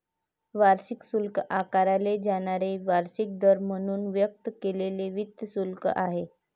वार्षिक शुल्क आकारले जाणारे वार्षिक दर म्हणून व्यक्त केलेले वित्त शुल्क आहे